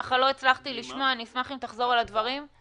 איך אפשר לתכנן ככה ענף שלם ולתכנן טיסות ובתי מלון ותנועה?